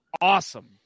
awesome